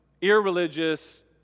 irreligious